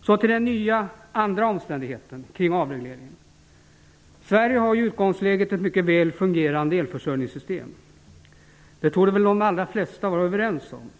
Så vidare till den nya andra omständigheten kring avreglering. Sverige har i utgångsläget ett mycket väl fungerande elförsörjningssystem. Det torde väl de allra flesta vara överens om.